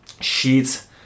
sheets